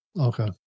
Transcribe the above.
Okay